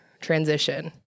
transition